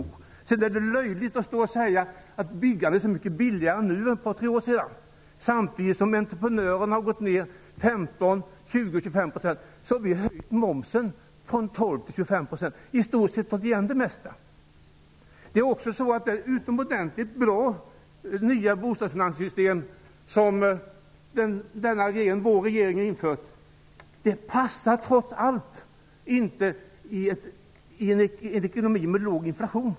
Det är löjligt att säga att det är billigare att bygga nu än för 2--3 år sedan. Samtidigt som entreprenörerna har sänkt sina priser med 15--20 % har momsen höjts med 12-- 25 %. Den höjningen tar i stort sett igen den mesta av sänkningen. Det nya bostadsfinansieringssystem som denna regering har infört är utomordentligt bra. Men det passar trots allt inte i en ekonomi med låg inflation.